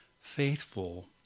faithful